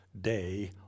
day